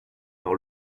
par